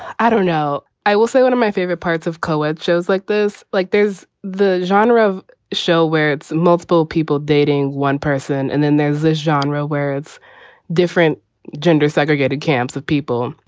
i don't know. i will say one of my favorite parts of co-ed shows like this, like there's the genre of show where it's multiple people dating one person. and then there's this genre where it's different gender segregated camps of people.